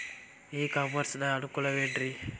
E commerce ನ ಅನುಕೂಲವೇನ್ರೇ?